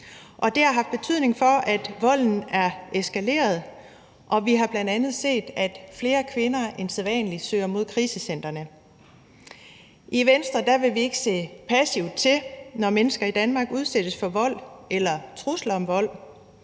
det har haft betydning for, at volden er eskaleret, og vi har bl.a. set, at flere kvinder end sædvanlig søger mod krisecentrene. I Venstre vil vi ikke se passivt til, når mennesker i Danmark udsættes for vold eller trusler om vold.